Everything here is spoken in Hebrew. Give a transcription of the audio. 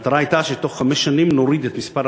המטרה הייתה שתוך חמש שנים נוריד את מספר